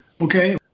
Okay